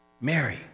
Mary